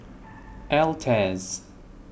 Altez